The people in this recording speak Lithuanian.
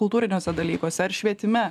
kultūriniuose dalykuose ar švietime